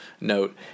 note